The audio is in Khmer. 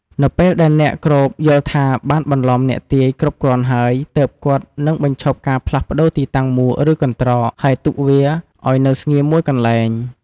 នៅពេលដែលអ្នកគ្របយល់ថា បានបន្លំអ្នកទាយគ្រប់គ្រាន់ហើយ ទើបគាត់នឹងបញ្ឈប់ការផ្លាស់ប្ដូរទីតាំងមួកឬកន្ត្រក ហើយទុកវាឱ្យនៅស្ងៀមមួយកន្លែង។